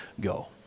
go